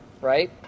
right